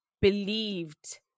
believed